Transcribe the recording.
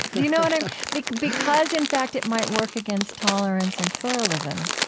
you know and like because, in fact, it might work against tolerance and pluralism